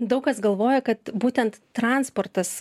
daug kas galvoja kad būtent transportas